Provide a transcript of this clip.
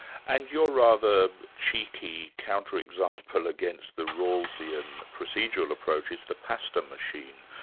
and your rather cheeky counter example against the rawlsean procedural approach is the pasta machine.